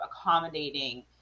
accommodating